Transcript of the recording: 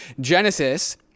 Genesis